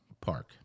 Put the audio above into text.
Park